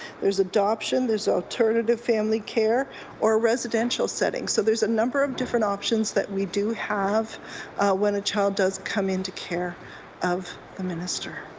there's adoption. alternative family care or residential setting. so there's a number of different options that we do have when a child does come into care of the minister.